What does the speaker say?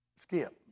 Skip